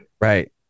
Right